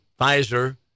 Pfizer